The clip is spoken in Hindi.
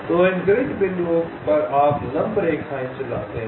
तो इन ग्रिड बिंदुओं पर आप लंब रेखाएं चलाते हैं